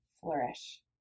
flourish